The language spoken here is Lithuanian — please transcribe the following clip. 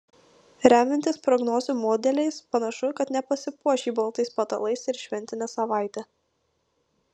remiantis prognozių modeliais panašu kad nepasipuoš ji baltais patalais ir šventinę savaitę